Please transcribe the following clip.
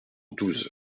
douze